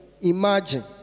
imagine